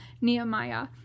Nehemiah